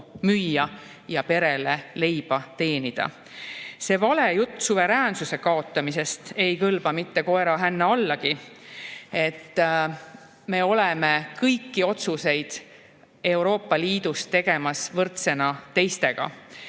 müüa ja perele leiba teenida. See vale jutt suveräänsuse kaotamisest ei kõlba mitte koera hänna allagi. Me teeme kõiki otsuseid Euroopa Liidus võrdsena teistega.